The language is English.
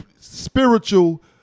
spiritual